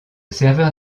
serveur